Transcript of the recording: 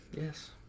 Yes